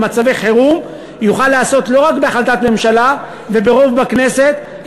במצבי חירום יוכל להיעשות לא רק בהחלטת ממשלה וברוב בכנסת,